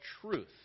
truth